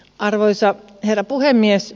arvoisa herra puhemies